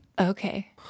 Okay